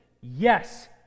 Yes